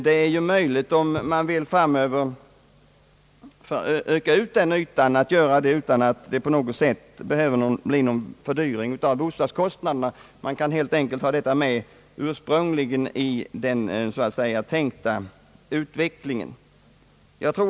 Det är också möjligt att utöka den ytan genom tillbyggnad utan någon egentlig fördyring på grund av etappbyggandet; man kan nämligen ta med det i den ursprungliga planeringen.